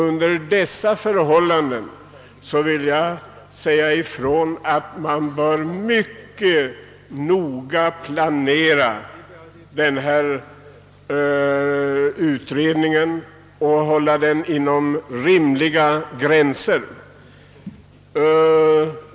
Under sådana förhållanden vill jag understryka vikten av att man mycket noga planerar utredningen och hål ler den inom rimliga gränser.